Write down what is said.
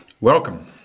Welcome